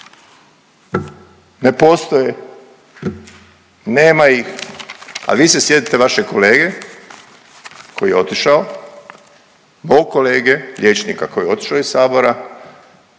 ne postoje, nema ih, a vi se sjetite vašeg kolege koji je otišao, mog kolege liječnika koji je otišao iz sabora,